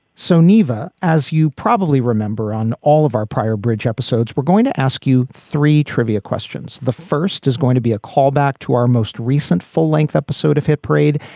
so nivea, as you probably remember on all of our prior bridge episodes, we're going to ask you three trivia questions. the first is going to be a callback to our most recent full length episode of hit parade.